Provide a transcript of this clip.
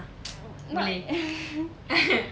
not